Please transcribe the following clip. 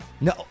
No